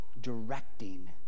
directing